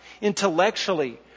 intellectually